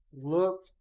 Look